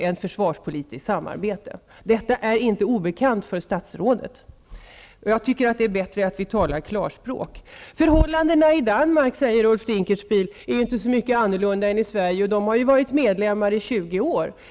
ett försvarspolitiskt samarbete. Detta är inte obekant för statsrådet. Jag tycker att det är bättre att vi talar klarspråk. Förhållandena i Danmark, säger Ulf Dinkelspiel, skiljer sig inte så mycket från de svenska, och Danmark har varit medlem i 20 år.